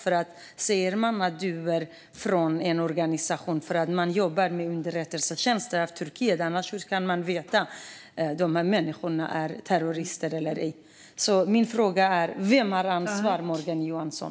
Man säger att någon är från en viss organisation för att man jobbar med Turkiets underrättelsetjänst. Min fråga är: Vem har ansvaret, Morgan Johansson?